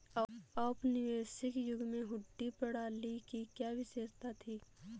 औपनिवेशिक युग में हुंडी प्रणाली की क्या विशेषता थी?